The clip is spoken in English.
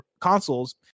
consoles